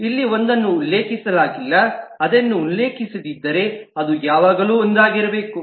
ಇಲ್ಲಿ ಒಂದನ್ನು ಉಲ್ಲೇಖಿಸಲಾಗಿಲ್ಲ ಅದನ್ನು ಉಲ್ಲೇಖಿಸದಿದ್ದರೆ ಅದು ಯಾವಾಗಲೂ ಒಂದಾಗಿರಬೇಕು